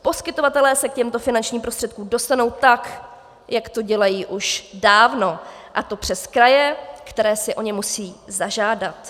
Poskytovatelé se k těmto finančním prostředkům dostanou tak, jak to dělají už dávno, a to přes kraje, které si o ně musí zažádat.